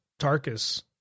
Tarkus